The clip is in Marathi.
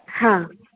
हां